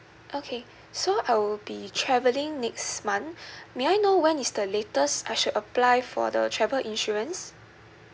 okay so I will be travelling next month may I know when is the latest I should apply for the travel insurance